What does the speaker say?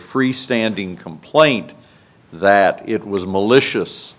freestanding complaint that it was malicious